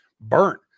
burnt